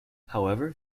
however